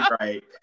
right